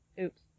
Oops